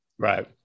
Right